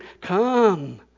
come